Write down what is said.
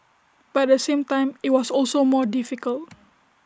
but at the same time IT was also more difficult